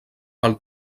pel